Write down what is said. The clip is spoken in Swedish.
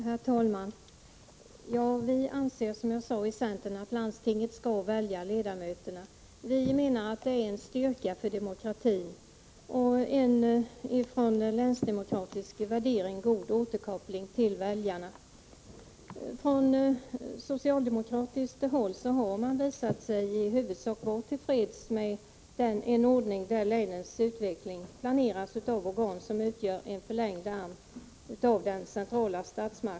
Herr talman! Vi anser, som jag sade, i centern att landstinget skall välja ledamöterna. Vi menar att det är en styrka för demokratin och en från länsdemokratisk värdering god återkoppling till väljarna. På socialdemokratiskt håll har man visat sig i huvudsak vara till freds med en ordning där länens utveckling planeras av organ som utgör en förlängd arm till den centrala statsmakten.